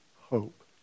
hope